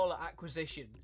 acquisition